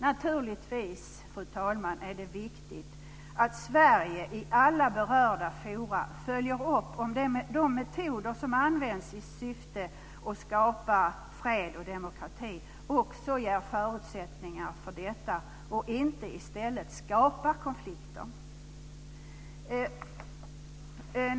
Naturligtvis är det viktigt att Sverige i alla berörda forum följer upp om de metoder som används i syfte att skapa fred och demokrati också ger förutsättningar för detta och inte i stället skapar konflikter.